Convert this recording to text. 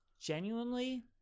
Genuinely